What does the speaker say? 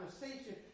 conversation